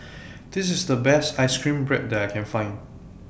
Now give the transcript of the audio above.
This IS The Best Ice Cream Bread that I Can Find